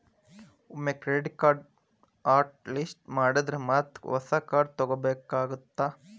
ಒಮ್ಮೆ ಕ್ರೆಡಿಟ್ ಕಾರ್ಡ್ನ hot list ಮಾಡಿದ್ರ ಮತ್ತ ಹೊಸ ಕಾರ್ಡ್ ತೊಗೋಬೇಕಾಗತ್ತಾ